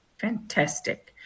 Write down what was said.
Fantastic